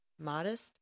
modest